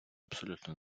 абсолютно